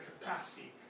capacity